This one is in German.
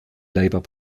labour